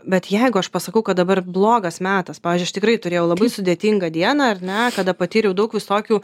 bet jeigu aš pasakau kad dabar blogas metas pavyzdžiui aš tikrai turėjau labai sudėtingą dieną ar ne kada patyriau daug visokių